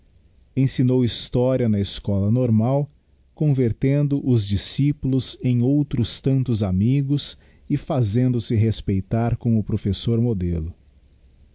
ensinou historia na escola normal convertendo os discípulos em outros tantos amigos e fazendose respeitar como professor modelo